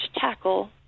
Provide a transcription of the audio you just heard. tackle